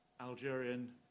Algerian